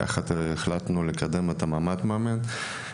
יחד, החלטנו לקדם את מעמד המאמן.